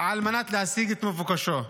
על מנת להשיג את מבוקשו.